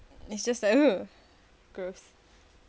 it's just like ugh gross